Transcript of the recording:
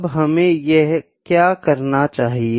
अब हमे क्या करना चाहिए